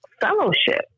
fellowship